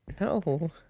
No